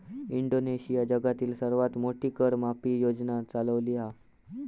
इंडोनेशियानं जगातली सर्वात मोठी कर माफी योजना चालवली हा